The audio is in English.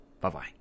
Bye-bye